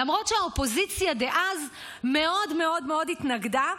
למרות שהאופוזיציה דאז מאוד מאוד מאוד התנגדה,